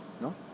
no